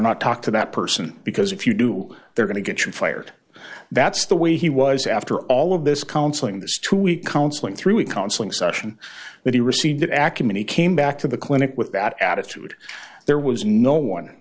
not talk to that person because if you do they're going to get you fired that's the way he was after all of this counseling this two week counseling through a counseling session that he received ackman he came back to the clinic with that attitude there was no one